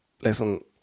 listen